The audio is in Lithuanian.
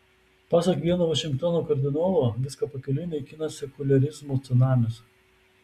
pasak vieno vašingtono kardinolo viską pakeliui naikina sekuliarizmo cunamis